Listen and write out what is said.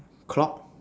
clock